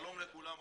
שלום לכולם,